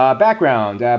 um background